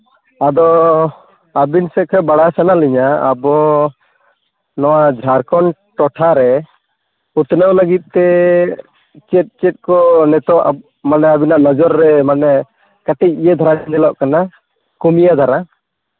ᱟᱫᱚ ᱟᱹᱵᱤᱱ ᱥᱮᱫ ᱠᱷᱚᱱ ᱵᱟᱲᱟᱭ ᱥᱟᱱᱟᱭᱮᱫ ᱞᱤᱧᱟ ᱟᱵᱚ ᱱᱚᱣᱟ ᱡᱷᱟᱲᱠᱷᱚᱸᱰ ᱴᱚᱴᱷᱟᱨᱮ ᱩᱛᱱᱟᱹᱣ ᱞᱟᱹᱜᱤᱫ ᱛᱮ ᱪᱮᱫ ᱪᱮᱫ ᱠᱚ ᱱᱤᱛᱚᱜ ᱢᱟᱱᱮ ᱟᱵᱮᱱᱟᱜ ᱱᱚᱡᱚᱨ ᱨᱮ ᱢᱟᱱᱮ ᱠᱟᱹᱴᱤᱡ ᱤᱭᱟᱹ ᱫᱷᱟᱨᱟ ᱧᱮᱞᱚᱜ ᱠᱟᱱᱟ ᱠᱚᱢᱭᱟᱹ ᱫᱷᱟᱨᱟ